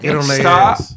Stop